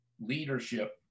leadership